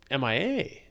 MIA